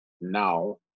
now